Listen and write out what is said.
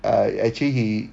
uh actually he